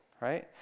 right